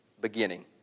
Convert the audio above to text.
beginning